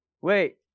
Wait